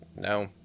No